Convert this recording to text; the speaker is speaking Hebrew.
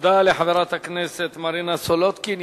תודה לחברת הכנסת מרינה סולודקין.